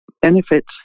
benefits